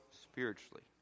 spiritually